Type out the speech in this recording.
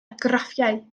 graffiau